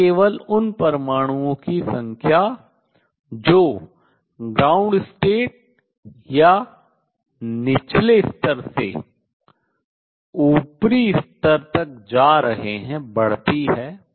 न केवल उन परमाणुओं की संख्या जो ground state आद्य अवस्था या निचले स्तर से ऊपरी स्तर तक जा रहे हैं बढ़ती है